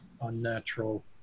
unnatural